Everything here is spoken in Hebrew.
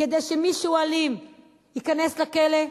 כדי שמישהו אלים ייכנס לכלא,